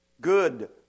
good